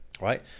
Right